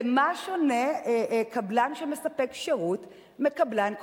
במה שונה קבלן שמספק שירות מקבלן כוח-אדם?